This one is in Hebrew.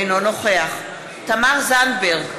אינו נוכח תמר זנדברג,